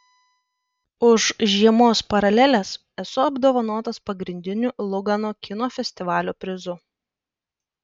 už žiemos paraleles esu apdovanotas pagrindiniu lugano kino festivalio prizu